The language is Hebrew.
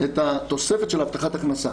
את התוספת של הבטחת הכנסה.